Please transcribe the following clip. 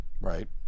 Right